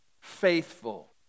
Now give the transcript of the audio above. faithful